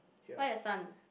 why a sun